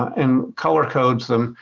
and color codes them,